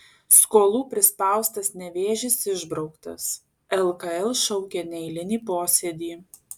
skolų prispaustas nevėžis išbrauktas lkl šaukia neeilinį posėdį